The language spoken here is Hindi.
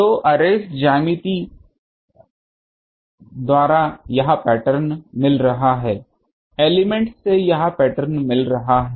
तो अर्रेस ज्यामिति द्वारा यह पैटर्न मिल रहा है एलिमेंट से यह पैटर्न मिल रहा है